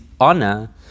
honor